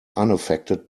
unaffected